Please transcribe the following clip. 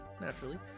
naturally